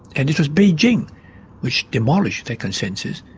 and it was beijing which demolished that consensus,